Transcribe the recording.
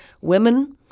Women